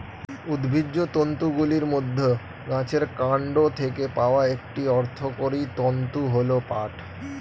উদ্ভিজ্জ তন্তুগুলির মধ্যে গাছের কান্ড থেকে পাওয়া একটি অর্থকরী তন্তু হল পাট